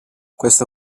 questa